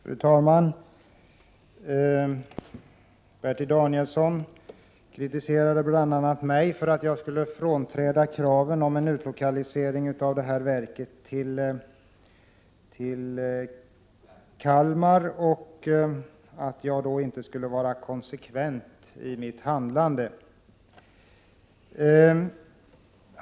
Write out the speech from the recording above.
Fru talman! Bertil Danielsson kritiserade bl.a. mig för att jag skulle frånträda kraven på en utlokalisering av bostadsverket till Kalmar och att jag inte skulle vara konsekvent i mitt handlande.